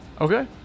okay